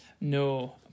No